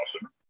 awesome